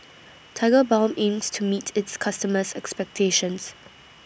Tigerbalm aims to meet its customers' expectations